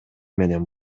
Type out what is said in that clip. менен